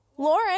Lauren